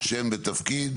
שם ותפקיד.